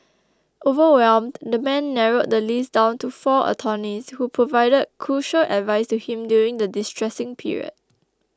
overwhelmed the man narrowed the list down to four attorneys who provided crucial advice to him during the distressing period